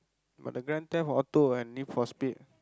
but the grand theft auto and need for speed